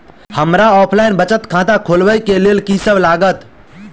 हमरा ऑफलाइन बचत खाता खोलाबै केँ लेल की सब लागत?